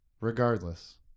Regardless